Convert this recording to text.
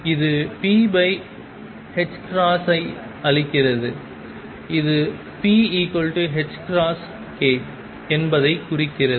இது p ஐ அளிக்கிறது இது pℏk என்பதைக் குறிக்கிறது